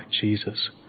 Jesus